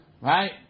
right